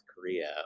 korea